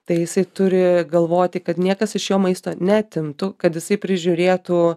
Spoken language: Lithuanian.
tai jisai turi galvoti kad niekas iš jo maisto neatimtų kad jisai prižiūrėtų